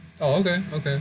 oh okay okay